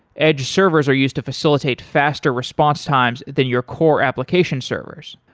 edge servers are used to facilitate faster response times than your core application servers.